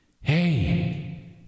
hey